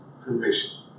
permission